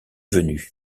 venu